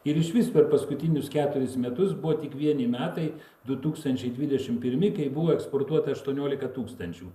ir išvis per paskutinius keturis metus buvo tik vieni metai du tūkstančiai dvidešimt pirmi kai buvo eksportuota aštuoniolika tūkstančių